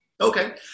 Okay